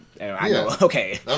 Okay